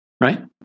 right